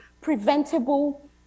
preventable